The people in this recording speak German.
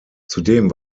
zudem